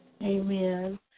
Amen